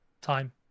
Time